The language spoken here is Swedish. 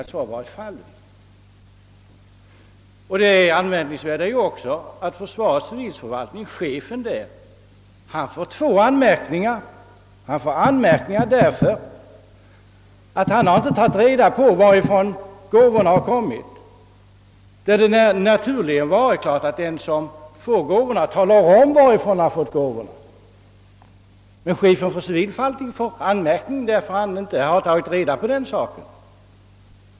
Anmärkningsvärt är också att chefen för försvarets civilförvaltning får två anmärkningar därför att han inte tagit reda på varifrån gåvorna kommit. Det naturliga hade självfallet varit att den som erhåller gåvorna talar om varifrån han fått dem. Chefen för försvarets civilförvaltning får alltså anmärkningar för att han inte tagit reda på detta.